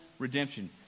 Redemption